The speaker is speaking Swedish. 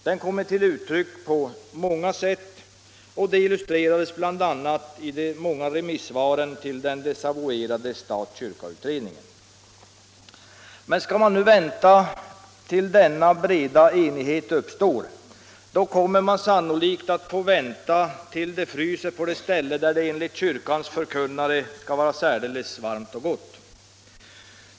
Den kommer till uttryck på många sätt och illustrerades bl.a. i de många remissvaren till den desavouerade stat-kyrka-beredningen. Men skall man vänta tills denna breda enighet uppstår, då kommer man sannolikt att få vänta tills det fryser på det ställe där det enligt kyrkans förkunnare skall vara särdeles varmt och gott.